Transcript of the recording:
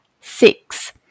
Six